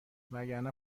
وگرنه